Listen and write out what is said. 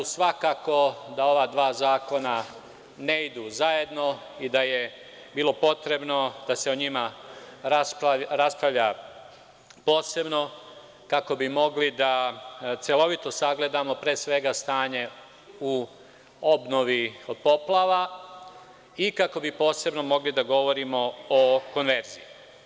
Svakako da ova dva zakona ne idu zajedno i da je bilo potrebno da se o njima raspravlja posebno kako bi mogli da celovito sagledamo pre svega stanje u obnovi od poplava i kako bi posebno mogli da govorimo o konverziji.